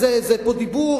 זה פה דיבור,